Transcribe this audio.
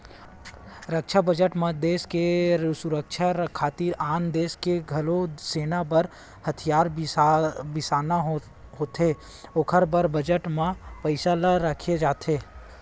रक्छा बजट म देस के सुरक्छा खातिर आन देस ले घलोक सेना बर हथियार बिसाना होथे ओखर बर बजट म पइसा ल रखे जाथे